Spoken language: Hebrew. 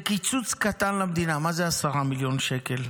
זה קיצוץ קטן למדינה, מה זה 10 מיליון שקל?